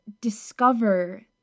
discover